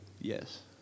Yes